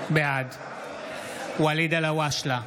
בעד ואליד אלהואשלה,